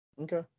Okay